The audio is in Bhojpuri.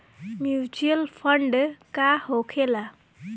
म्यूचुअल फंड का होखेला?